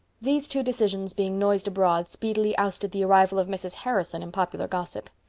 these two decisions being noised abroad speedily ousted the arrival of mrs. harrison in popular gossip.